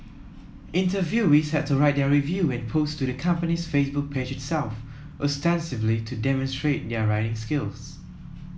interviewees had to write their review and post to the company's Facebook page itself ostensibly to demonstrate their writing skills